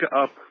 up